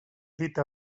dita